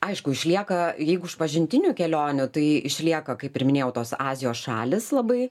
aišku išlieka jeigu iš pažintinių kelionių tai išlieka kaip ir minėjau tos azijos šalys labai